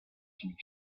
sharing